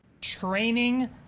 training